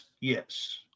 yes